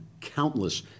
countless